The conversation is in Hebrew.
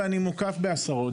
ואני מוקף בעשרות.